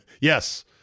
Yes